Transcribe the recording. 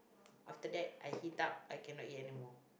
after that I heat up I cannot eat anymore